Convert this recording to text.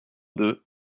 deux